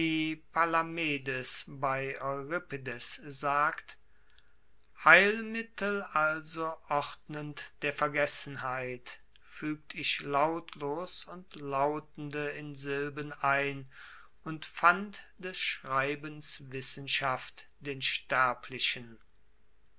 palamedes bei euripides sagt heilmittel also ordnend der vergessenheit fuegt ich lautlos und lautende in silben ein und fand des schreibens wissenschaft den sterblichen